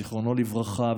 זיכרונו לברכה,